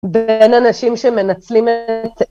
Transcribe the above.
בין אנשים שמנצלים את